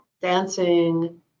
dancing